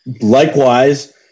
likewise